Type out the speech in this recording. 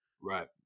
Right